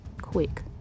quick